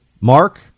Mark